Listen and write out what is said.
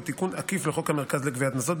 ותיקון עקיף לחוק המרכז לגביית קנסות,